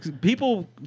People